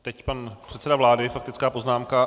Teď pan předseda vlády, faktická poznámka.